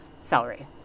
celery